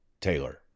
Taylor